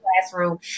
classroom